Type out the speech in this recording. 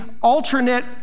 alternate